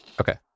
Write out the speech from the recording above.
Okay